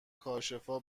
کاشفا